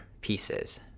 pieces